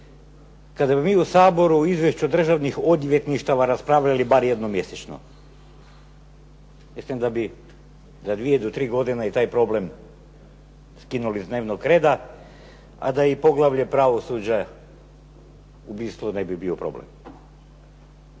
kada bi mi u Saboru u izvješću državnih odvjetništava raspravljali bar jednom mjesečno? Mislim da bi za dvije do tri godine i taj problem skinuli s dnevnog reda, a da i poglavlje pravosuđe …/Govornik se